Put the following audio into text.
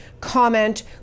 comment